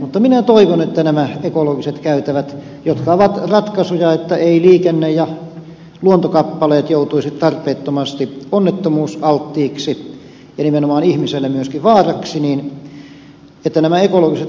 mutta minä toivon että nämä ekologiset käytävät jotka ovat ratkaisuja että eivät liikenne ja luontokappaleet joutuisi tarpeettomasti onnettomuusalttiiksi ja nimenomaan ihmiselle myöskin vaaraksi toimisivat